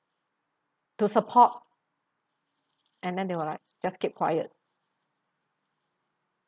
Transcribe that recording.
to support and then they will like just keep quiet